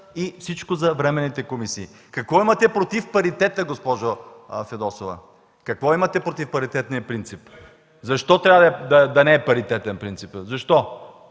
и всичко за временните комисии. Какво имате против паритета, госпожо Фидосова? Какво имате против паритетния принцип? Защо трябва да не е паритетен принципът, защо?